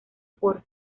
por